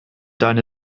deine